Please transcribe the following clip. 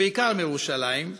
ובעיקר מירושלים,